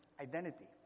identity